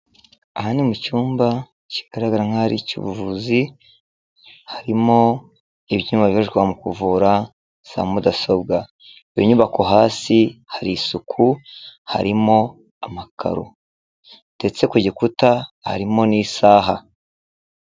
Aha ni mu cyumba kigaragara nk'ahari icy' ubuvuzi, harimo ibyuma bikoreshwa mu kuvura za mudasobwa. Iyo nyubako hasi hari isuku harimo amakaro. Ndetse ku gikuta harimo n'isaha.